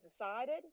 decided